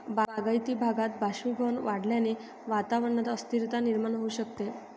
बागायती भागात बाष्पीभवन वाढल्याने वातावरणात अस्थिरता निर्माण होऊ शकते